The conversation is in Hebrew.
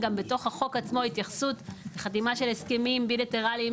בחוק עצמו יש התייחסות לחתימה של הסכמים בילטרליים